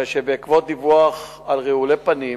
הרי שבעקבות דיווח על רעולי פנים